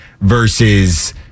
versus